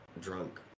drunk